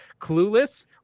clueless